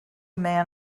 man